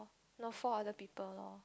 no four other people lor